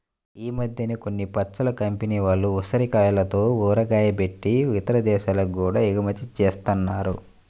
ఈ మద్దెన కొన్ని పచ్చళ్ళ కంపెనీల వాళ్ళు ఉసిరికాయలతో ఊరగాయ బెట్టి ఇతర దేశాలకి గూడా ఎగుమతి జేత్తన్నారు